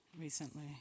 recently